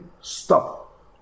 stop